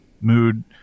mood